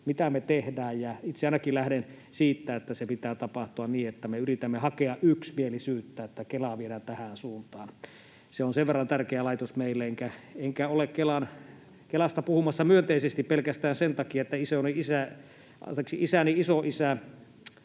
mitä me tehdään. Ja itse ainakin lähden siitä, että sen pitää tapahtua niin, että me yritämme hakea yksimielisyyttä, että Kelaa viedään tähän suuntaan, se on sen verran tärkeä laitos meille. Enkä ole Kelasta puhumassa myönteisesti pelkästään sen takia, että isäni isoisä